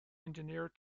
engineered